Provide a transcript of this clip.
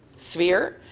sphere.